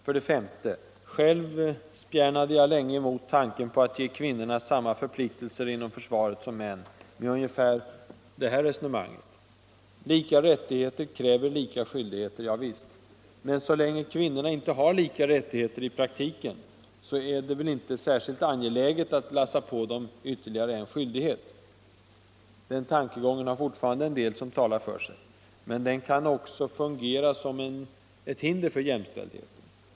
För det femte: Själv spjärnade jag länge emot tanken på att ge kvinnorna samma förpliktelser inom försvaret som män, med ungefär följande resonemang: Lika rättigheter kräver lika skyldigheter, ja visst. Men så länge kvinnorna inte har lika rättigheter i praktiken, är det väl inte så angeläget att lassa på dem ytterligare en skyldighet. Den tankegången har fortfarande en del som talar för sig. Men den kan också fungera som ett hinder för jämställdheten.